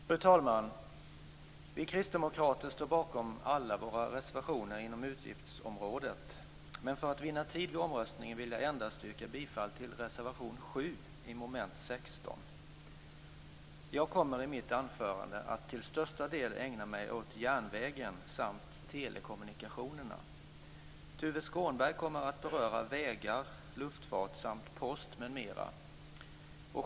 Fru talman! Vi kristdemokrater står bakom alla våra reservationer inom utgiftsområdet, men för att vinna tid vid omröstningen vill jag yrka bifall endast till reservation 7 under mom. 16. Jag kommer i mitt anförande att till största delen ägna mig åt järnvägen samt telekommunikationerna. Tuve Skånberg kommer att beröra vägar, luftfart samt post m.m.